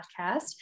Podcast